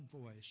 voice